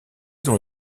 dans